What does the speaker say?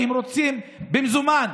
כי הם רוצים במזומן,